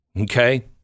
Okay